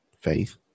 Faith